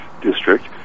district